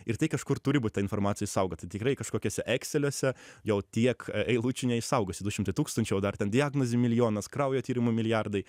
ir tai kažkur turi būt ta informacija išsaugota tikrai kažkokiuose ekseliuose jau tiek eilučių neišsaugosi du šimtai tūkstančių o dar ten diagnozių milijonas kraujo tyrimų milijardai